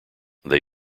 they